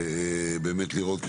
באמת לראות,